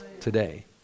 today